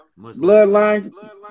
Bloodline